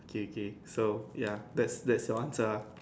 okay okay so ya that's that's your answer ah